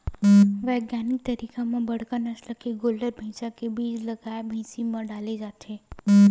बिग्यानिक तरीका म बड़का नसल के गोल्लर, भइसा के बीज ल गाय, भइसी म डाले जाथे